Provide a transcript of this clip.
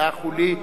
כאח הוא לי,